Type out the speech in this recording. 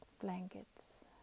blankets